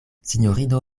sinjorino